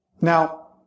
Now